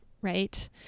right